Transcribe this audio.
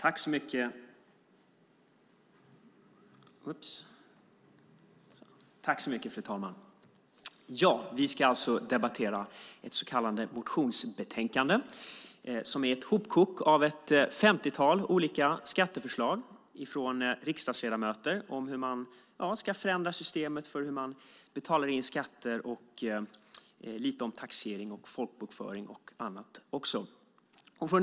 Fru talman! Vi debatterar alltså ett så kallat motionsbetänkande. Det är ett hopkok av ett femtiotal olika skatteförslag från riksdagsledamöter. Det handlar om hur man ska förändra systemet för att hur man betalar in skatter, taxering, folkbokföring och en del annat också.